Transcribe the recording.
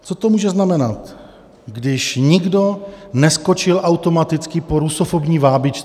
Co to může znamenat, když nikdo neskočil automaticky po rusofobní vábničce.